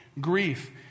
grief